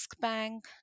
Bank